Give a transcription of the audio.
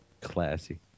classy